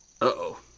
Uh-oh